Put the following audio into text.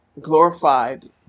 glorified